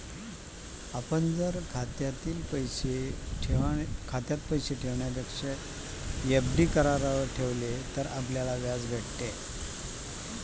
आपण जर खातामा पैसा ठेवापक्सा एफ.डी करावर आपले याज भेटस